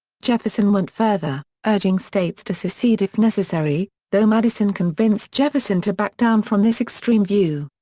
jefferson went further, urging states to secede if necessary, though madison convinced jefferson to back down from this extreme view.